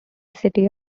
city